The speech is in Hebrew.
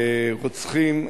רוצחים,